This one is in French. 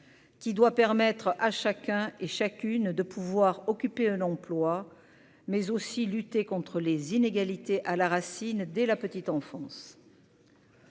qui doit permettre à chacun et chacune de pouvoir occuper un emploi mais aussi lutter contre les inégalités à la racine, dès la petite enfance.